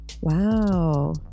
Wow